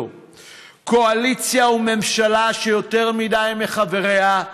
קואליציה וממשלה שיותר מדי מחבריה,